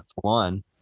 one